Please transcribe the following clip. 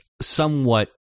somewhat